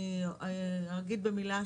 אגיד במילה,